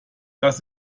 das